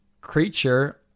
creature